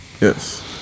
Yes